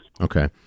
Okay